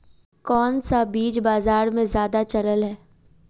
कोन सा बीज बाजार में ज्यादा चलल है?